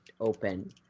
open